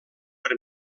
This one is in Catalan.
per